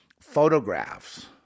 photographs